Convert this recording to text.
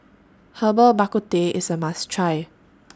Herbal Bak Ku Teh IS A must Try